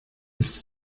ist